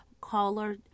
Caller